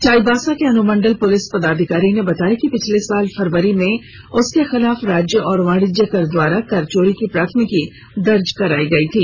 चाईबासा के अनुमंडल पुलिस पदाधिकारी ने बताया कि पिछले साल फरवरी में उसके खिलाफ राज्य एवं वाणिज्य कर द्वारा कर चोरी की प्राथमिकी दर्ज करायी गयी थी